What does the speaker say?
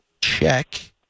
check